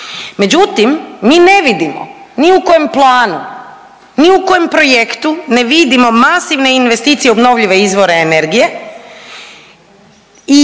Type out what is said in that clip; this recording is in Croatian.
međutim, mi ne vidimo ni u kojem planu, ni u kojem projektu ne vidimo masivne investicije obnovljive izvore energije i